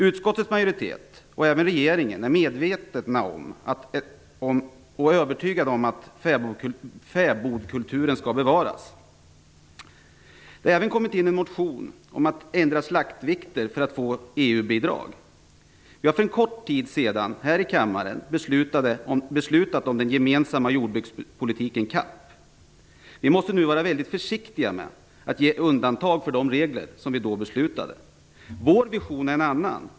Utskottets majoritet och även regeringen är medvetna och övertygade om att fäbodkulturen skall bevaras. Det har även väckts en motion om att ändra slaktvikterna för att få EU-bidrag. Vi har för en kort tid sedan här i kammaren beslutat om den gemensamma jordbrukspolitiken CAP. Vi måste nu vara väldigt försiktiga med att göra undantag från de regler som vi då beslutade om. Vår vision är en annan.